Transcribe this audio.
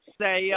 say